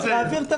נדבר רק על הנושא.